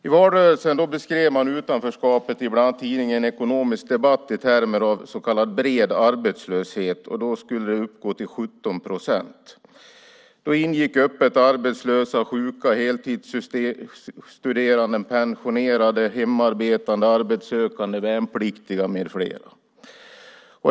I valrörelsen beskrev man, bland annat i tidningen Ekonomisk Debatt, utanförskapet i termer av så kallad bred arbetslöshet. Den skulle då uppgå till 17 procent. Då ingick öppet arbetslösa, sjuka, heltidsstuderande, pensionerade, hemarbetande, arbetssökande, värnpliktiga med flera.